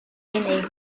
unig